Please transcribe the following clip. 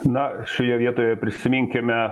na šioje vietoje prisiminkime